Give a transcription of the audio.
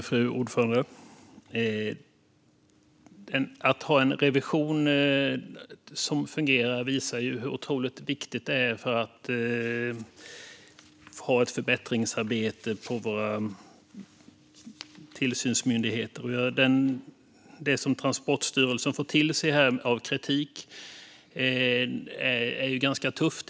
Fru talman! Att ha en revision som fungerar är otroligt viktigt för förbättringsarbetet på våra tillsynsmyndigheter. Det som Transportstyrelsen får till sig här av kritik är ju ganska tufft.